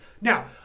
now